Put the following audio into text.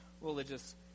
religious